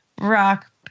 Rock